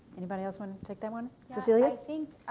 anybody else want to take that one? so so yeah